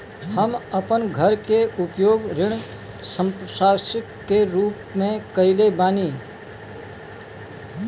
हम अपन घर के उपयोग ऋण संपार्श्विक के रूप में कईले बानी